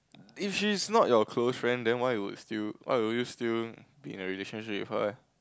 if she's not your close friend then why would still why would you still be in a relationship with her leh